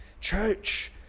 church